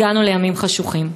הגענו לימים חשוכים.